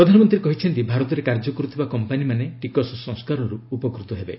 ପ୍ରଧାନମନ୍ତ୍ରୀ କହିଛନ୍ତି ଭାରତରେ କାର୍ଯ୍ୟ କରୁଥିବା କମ୍ପାନୀମାନେ ଟିକସ ସଂସ୍କାରରୁ ଉପକୃତ ହେବେ